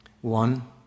One